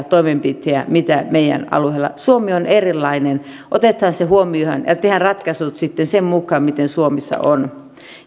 toimenpiteitä mitä meidän alueella suomi on erilainen otetaan se huomioon ja tehdään ratkaisut sitten sen mukaan miten suomessa on